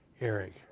Eric